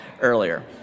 earlier